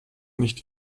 nicht